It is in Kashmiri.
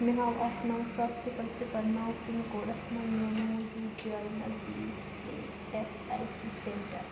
مےٚ ہاو اَکھ نَو سَتھ صِفَر صِفَر نَو پِن کوڈس مَنٛز میٛانہِ موٗجوٗد جایہِ نزدیٖک E S I C centre